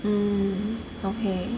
mm okay